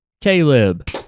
Caleb